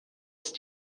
ist